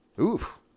Oof